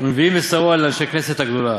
ונביאים מסרוה לאנשי כנסת הגדולה.